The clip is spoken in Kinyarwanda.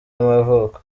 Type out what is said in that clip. y’amavuko